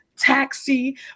taxi